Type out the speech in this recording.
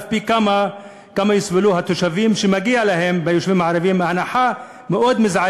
פי כמה יסבלו התושבים ביישובים הערביים שמגיעה להם הנחה מזערית,